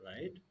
right